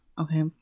okay